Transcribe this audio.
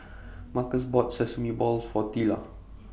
Marcus bought Sesame Balls For Teela